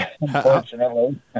Unfortunately